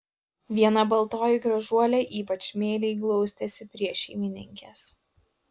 viena baltoji gražuolė ypač meiliai glaustėsi prie šeimininkės